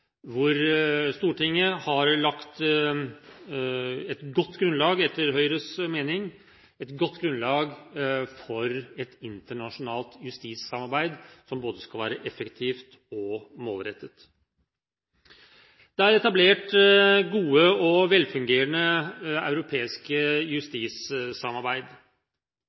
hvor Stortinget har lagt et godt grunnlag, etter Høyres mening, for et internasjonalt justissamarbeid, som skal være både effektivt og målrettet. Det er etablert gode og velfungerende europeiske justissamarbeid.